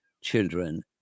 children